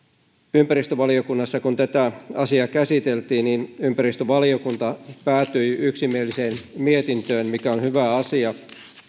ympäristövaliokunnassa kun tätä asiaa käsiteltiin ympäristövaliokunta päätyi yksimieliseen mietintöön mikä on hyvä asia